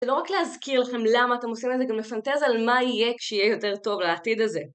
ולא רק להזכיר לכם למה אתם עושים את זה, גם לפנתז על מה יהיה כשיהיה יותר טוב לעתיד הזה.